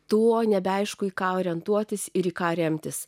tuo nebeaišku į ką orientuotis ir į ką remtis